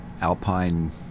alpine